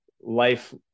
life